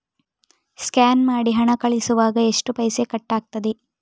Scan ಮಾಡಿ ಹಣ ಕಳಿಸುವಾಗ ಎಷ್ಟು ಪೈಸೆ ಕಟ್ಟಾಗ್ತದೆ?